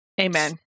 Amen